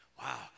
Wow